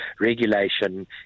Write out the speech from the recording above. regulation